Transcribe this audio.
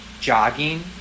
jogging